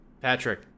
Patrick